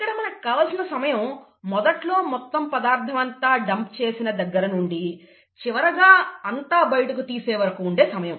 ఇక్కడ మనకి కావలసిన సమయం మొదట్లో మొత్తం పదార్థం అంతా డంప్ చేసిన దగ్గర నుండి చివరగా అంతా బయటకు తీసే వరకు ఉండే సమయం